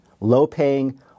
low-paying